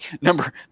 Number